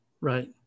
right